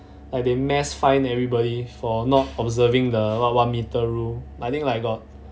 like they mass fine everybody for not observing the what one meter rule I think like got